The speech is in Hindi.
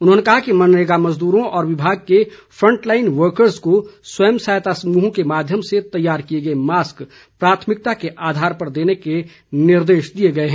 उन्होंने कहा कि मनरेगा मजदूरों व विभाग के फ़ंट लाईन वर्करज को स्वयं सहायता समूहों के माध्यम से तैयार किए गए मास्क प्राथमिकता के आधार पर देने के निर्देश दिए गए हैं